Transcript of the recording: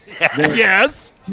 Yes